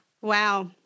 Wow